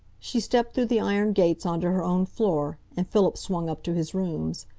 she stepped through the iron gates on to her own floor, and philip swung up to his rooms.